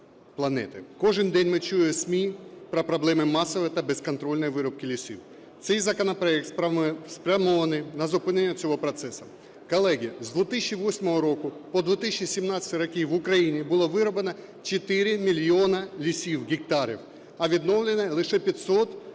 Кожен день ми чуємо зі ЗМІ про проблеми масової та безконтрольної вирубки лісів. Цей законопроект спрямований на зупинення цього процесу. Колеги, з 2008 року по 2017 роки в Україні було вирублено 4 мільйони лісів, гектарів, а відновлено лише 500 тисяч гектарів.